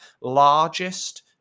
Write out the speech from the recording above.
largest